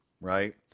right